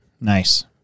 Nice